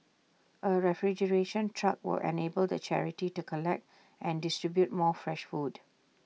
A refrigeration truck will enable the charity to collect and distribute more fresh food